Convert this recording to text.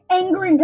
angry